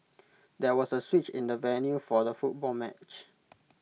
there was A switch in the venue for the football match